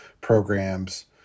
programs